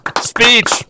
Speech